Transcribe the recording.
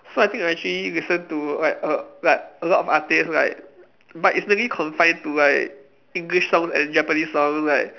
so I think I actually listen to like err like a lot of artistes like but it's only confined to like English songs and Japanese songs like